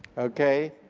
okay,